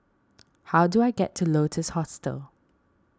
how do I get to Lotus Hostel